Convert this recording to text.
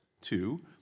two